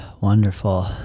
Wonderful